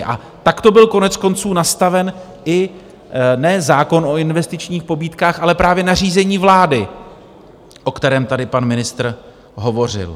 A takto byl koneckonců nastaven i ne zákon o investičních pobídkách, ale právě nařízení vlády, o kterém tady pan ministr hovořil.